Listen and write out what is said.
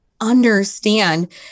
understand